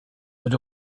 but